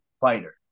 fighter